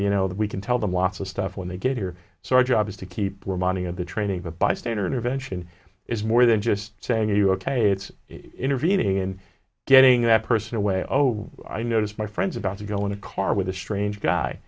you know that we can tell them lots of stuff when they get here so our job is to keep reminding of the training of a bystander intervention is more than just saying you're ok it's intervening and getting that person away oh i noticed my friends about to go in a car with a strange guy